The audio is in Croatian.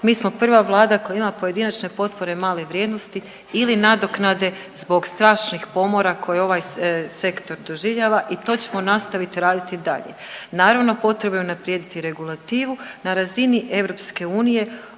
mi smo prva vlada koja ima pojedinačne potpore male vrijednosti ili nadoknade zbog strašnih pomora koje ovaj sektor doživljava i to ćemo nastavit raditi i dalje. Naravno potrebno je unaprijediti regulativu, na razini EU zalažemo se